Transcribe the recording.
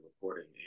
recording